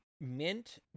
mint